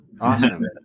Awesome